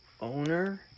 owner